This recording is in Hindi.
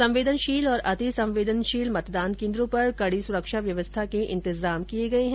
संवेदनशील और अतिसंवेदनशील मतदान केन्द्रों पर कड़ी सुरक्षा व्यवस्था के इंतजाम किये गये हैं